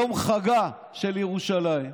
יום חגה של ירושלים,